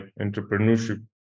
entrepreneurship